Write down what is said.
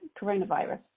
coronavirus